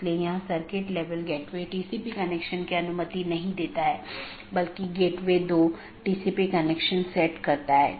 इसलिए दूरस्थ सहकर्मी से जुड़ी राउटिंग टेबल प्रविष्टियाँ अंत में अवैध घोषित करके अन्य साथियों को सूचित किया जाता है